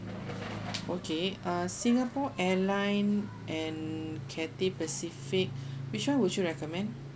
okay uh singapore airline and cathay pacific which one would you recommend